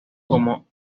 como